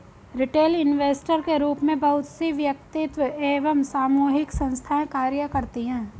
retail investor के रूप में बहुत सी वैयक्तिक एवं सामूहिक संस्थाएं कार्य करती हैं